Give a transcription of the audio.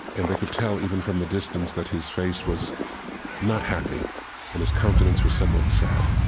and they could tell, even from the distance, that his face was not happy and his countenance was somewhat sad.